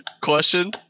question